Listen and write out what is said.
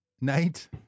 night